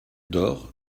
door